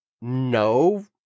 no